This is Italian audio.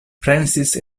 francis